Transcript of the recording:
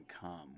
come